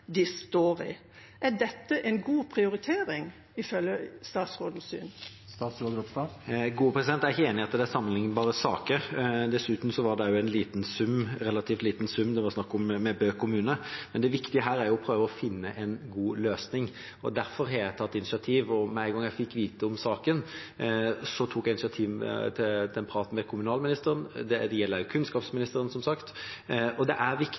står i. Er dette en god prioritering, ifølge statsrådens syn? Jeg er ikke enig i at dette er sammenlignbare saker. Dessuten var det en relativt liten sum det var snakk om med Bø kommune. Det viktige her er å prøve å finne en god løsning. Derfor tok jeg med en gang jeg fikk vite om saken, initiativ til en prat med kommunalministeren. Det gjelder også kunnskapsministeren, som sagt. Det er